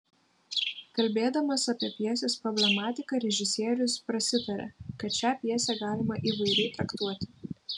kalbėdamas apie pjesės problematiką režisierius prasitaria kad šią pjesę galima įvairiai traktuoti